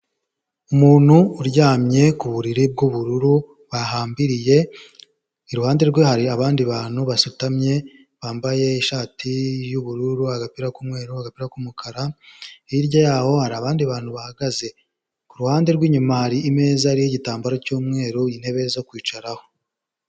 Umuntu uryamye ku buriri bw'ubururu bahambiriye, iruhande rwe hari abandi bantu basutamye, bambaye ishati y'ubururu, agapira k'umweru, agapira k'umukara, hirya yaho hari abandi bantu bahagaze, ku ruhande rw'inyuma hari imeza iriho igitambaro cy'umweru, intebe zo kwicaraho.